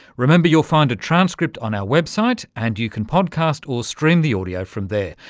remember you'll find a transcript on our website, and you can podcast or stream the audio from there.